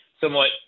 somewhat